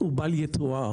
הוא בל יתואר.